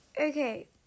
Okay